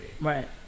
Right